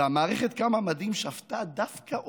והמערכת, כמה מדהים, שפטה דווקא אותם.